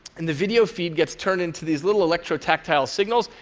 and the video feed gets turned into these little electrotactile signals,